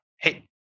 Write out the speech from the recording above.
hey